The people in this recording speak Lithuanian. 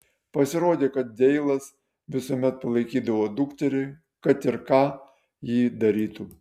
pasirodė kad deilas visuomet palaikydavo dukterį kad ir ką ji darytų